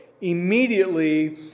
immediately